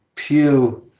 Pew